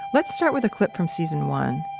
let's start with a clip from season one.